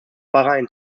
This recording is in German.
bahrain